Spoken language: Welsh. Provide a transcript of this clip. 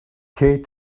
kate